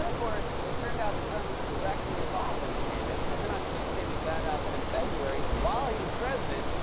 ah course, it turned out that trump was directly involved in the payment, and then, on tuesday, we found out that, in february, while he was president,